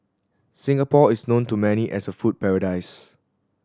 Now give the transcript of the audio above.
Singapore is known to many as a food paradise